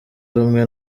rumwe